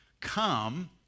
Come